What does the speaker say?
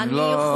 כי אני לא,